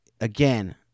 again